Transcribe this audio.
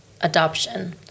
adoption